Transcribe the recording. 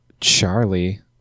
Charlie